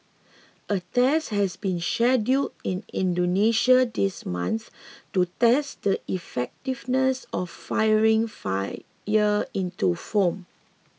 a test has been scheduled in Indonesia this month to test the effectiveness of firing fight year into foam